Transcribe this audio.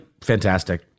fantastic